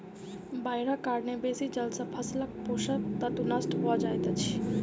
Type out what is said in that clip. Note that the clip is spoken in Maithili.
बाइढ़क कारणेँ बेसी जल सॅ फसीलक पोषक तत्व नष्ट भअ जाइत अछि